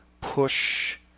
push